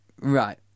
Right